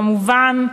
וכמובן,